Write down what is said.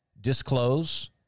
disclose